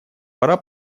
пора